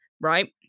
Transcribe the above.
Right